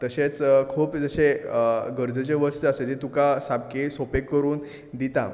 तशेंच खूब जशें गरजेचें वस्त जें तुका सामकी सोंपें करून दिता